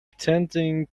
tending